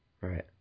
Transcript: Right